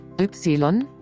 Y-